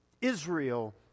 Israel